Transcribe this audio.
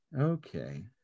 Okay